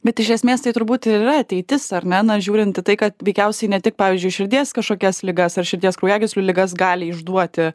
bet iš esmės tai turbūt ir yra ateitis ar ne na žiūrint į tai kad veikiausiai ne tik pavyzdžiui širdies kažkokias ligas ar širdies kraujagyslių ligas gali išduoti